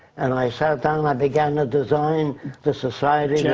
and i sat down and i began to design the society yeah